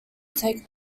take